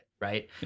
right